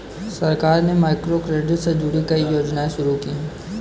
सरकार ने माइक्रोक्रेडिट से जुड़ी कई योजनाएं शुरू की